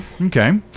okay